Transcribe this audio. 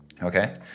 Okay